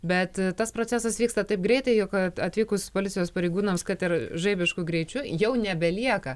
bet tas procesas vyksta taip greitai jog atvykus policijos pareigūnams kad ir žaibišku greičiu jau nebelieka